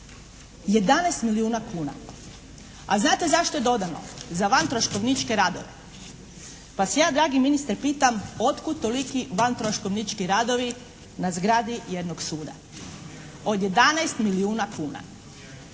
11 milijuna kuna. A znate zašto je dodano? Za vantroškovničke radove. Pa se ja dragi ministre pitam otkud toliki vantroškovnički radovi na zgradi jednog suda od 11 milijuna kuna?